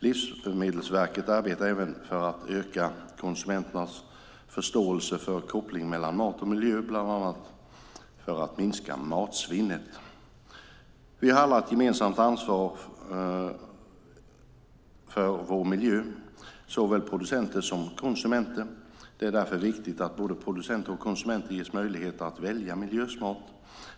Livsmedelsverket arbetar även för att öka konsumenternas förståelse för kopplingen mellan mat och miljö bland annat för att minska matsvinnet. Vi, såväl producenter som konsumenter, har alla ett gemensamt ett ansvar för vår miljö. Det är därför viktigt att både producenter och konsumenter ges möjlighet att välja miljösmart.